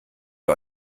ihr